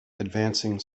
advancing